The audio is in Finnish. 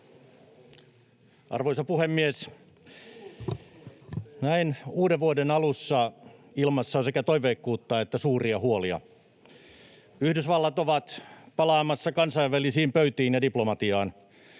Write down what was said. Arvoisa puhemies! Näin uuden vuoden alussa ilmassa on sekä toiveikkuutta että suuria huolia. Yhdysvallat on palaamassa kansainvälisiin pöytiin ja diplomatiaan.